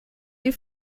die